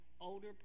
older